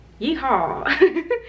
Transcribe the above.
Yeehaw